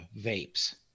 vapes